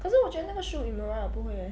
可是我觉得那个 Shu Uemura 的不会 eh